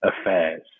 affairs